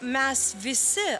mes visi